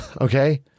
Okay